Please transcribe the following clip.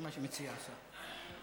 זה מה שמציע השר.